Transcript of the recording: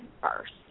first